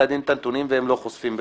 הדין את הנתונים והם לא חושפים בפנינו,